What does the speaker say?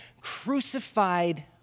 crucified